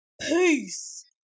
Peace